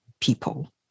people